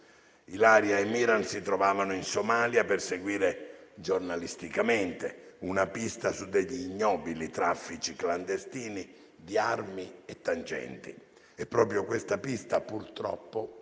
Ilaria e Miran si trovavano in Somalia per seguire giornalisticamente una pista su degli ignobili traffici clandestini di armi e tangenti e proprio quella pista, purtroppo, fu per